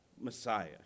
Messiah